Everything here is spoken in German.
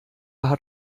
hat